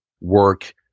work